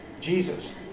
Jesus